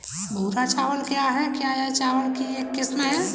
भूरा चावल क्या है? क्या यह चावल की एक किस्म है?